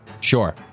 Sure